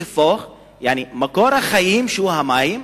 יעני, מקור החיים שהוא המים